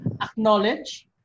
acknowledge